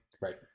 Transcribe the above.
Right